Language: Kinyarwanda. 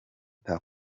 tuff